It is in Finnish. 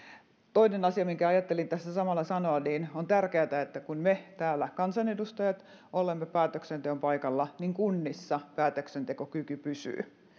toinen asia minkä ajattelin tässä samalla sanoa on tärkeätä että kun me täällä kansanedustajat olemme päätöksenteon paikalla niin kunnissa päätöksentekokyky pysyy